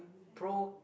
pro~